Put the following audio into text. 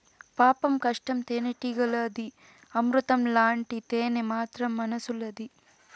పాపం కష్టం తేనెటీగలది, అమృతం లాంటి తేనె మాత్రం మనుసులది